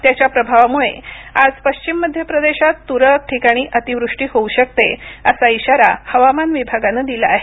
त्याच्या प्रभावामुळे आज पश्चिम मध्यप्रदेशात तुरळक ठिकाणी अतिवृष्टी होऊ शकते असा इशारा हवामान विभागानं दिला आहे